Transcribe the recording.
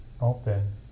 open